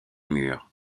murs